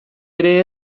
ere